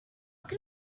can